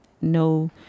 no